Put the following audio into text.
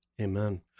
Amen